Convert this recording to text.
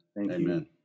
Amen